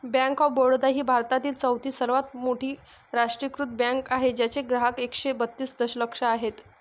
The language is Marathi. बँक ऑफ बडोदा ही भारतातील चौथी सर्वात मोठी राष्ट्रीयीकृत बँक आहे ज्याचे ग्राहक एकशे बत्तीस दशलक्ष आहेत